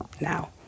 now